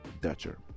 dutcher